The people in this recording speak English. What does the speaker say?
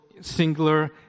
singular